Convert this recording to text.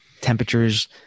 temperatures